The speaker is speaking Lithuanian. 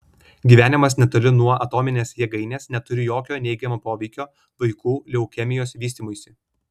gyvenimas netoli nuo atominės jėgainės neturi jokio neigiamo poveikio vaikų leukemijos vystymuisi